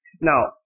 Now